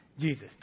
Jesus